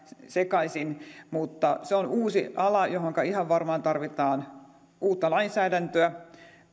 sekaisin mutta se on uusi ala johonka ihan varmaan tarvitaan uutta lainsäädäntöä